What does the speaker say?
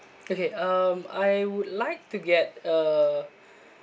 okay um I would like to get a